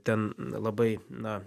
ten labai na